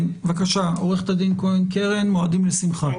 כן, בבקשה, עו"ד כהן קרן, מועדים לשמחה.